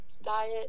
diet